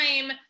time